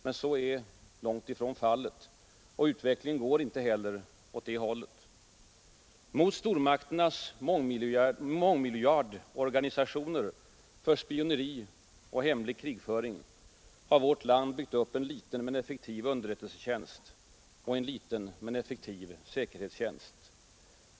Men så är långt ifrån fallet, och utvecklingen går inte heller åt det hållet. Mot stormakternas mångmiljardorganisationer för spioneri och hemlig krigföring har vårt land byggt upp en liten men effektiv underrättelsetjänst och en liten men effektiv säkerhetstjänst.